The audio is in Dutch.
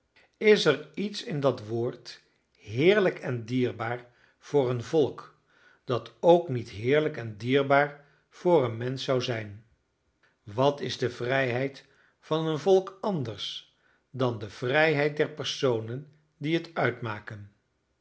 is er iets in dat woord heerlijk en dierbaar voor een volk dat ook niet heerlijk en dierbaar voor een mensch zou zijn wat is de vrijheid van een volk anders dan de vrijheid der personen die het uitmaken